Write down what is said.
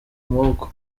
maboko